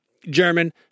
German